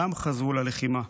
גם חזרו ללחימה.